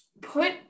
put